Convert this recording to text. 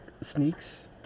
Sneaks